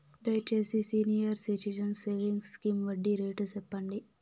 దయచేసి senior citizens savings scheme వడ్డీ rate సెప్పండి